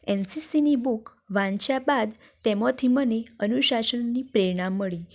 N C સીની book વાંચ્યા બાદ તેમાંથી મને અનુશાસનની પ્રેરણા મળી